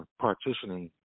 partitioning